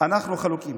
אנחנו חלוקים,